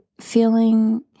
feeling